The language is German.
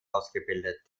ausgebildet